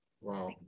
Wow